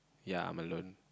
ya I'm alone